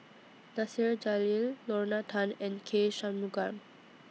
Nasir Jalil Lorna Tan and K Shanmugam